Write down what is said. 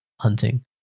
hunting